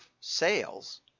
sales